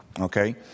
okay